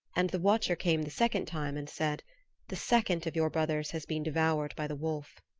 and the watcher came the second time and said the second of your brothers has been devoured by the wolf.